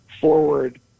forward